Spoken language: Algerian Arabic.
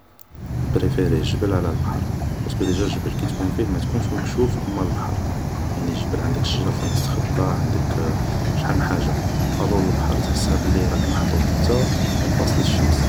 نبريفري الجبل على البحر باسكو ديجا الجبل كي تكون فيه متكونش مكشوف كيما البحر يعني الجبل عندك الشجر فين تتخبا عندك شحال من حاجا الور البحر تحسها راك محطوط نتا اونفاس ل الشمس